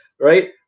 right